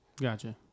Gotcha